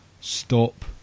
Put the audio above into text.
stop